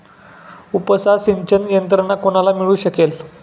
उपसा सिंचन यंत्रणा कोणाला मिळू शकेल?